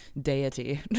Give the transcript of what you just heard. deity